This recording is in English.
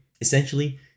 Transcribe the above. essentially